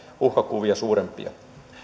uhkakuvia suurempia